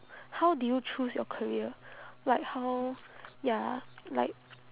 how do you choose your career like how ya like